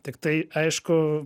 tik tai aišku